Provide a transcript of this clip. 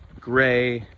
gray,